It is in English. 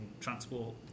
transport